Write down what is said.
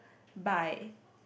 by